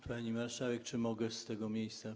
Pani marszałek, czy mogę z tego miejsca?